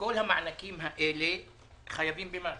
כל המענקים האלה חייבים במס.